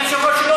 לא, לא מאשר.